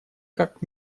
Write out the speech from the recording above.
как